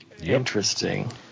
Interesting